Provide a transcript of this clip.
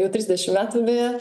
jau trisdešim metų beje